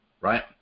Right